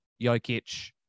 Jokic